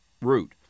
root